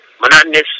monotonous